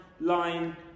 line